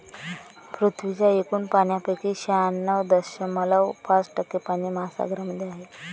पृथ्वीच्या एकूण पाण्यापैकी शहाण्णव दशमलव पाच टक्के पाणी महासागरांमध्ये आहे